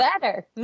better